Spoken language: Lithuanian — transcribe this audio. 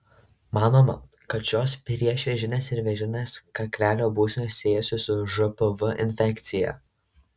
manoma kad šios priešvėžinės ir vėžinės kaklelio būsenos siejasi su žpv infekcija